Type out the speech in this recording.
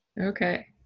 okay